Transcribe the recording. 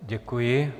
Děkuji.